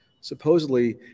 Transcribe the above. supposedly